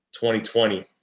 2020